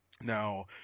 Now